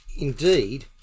indeed